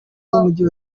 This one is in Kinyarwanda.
w’umujyi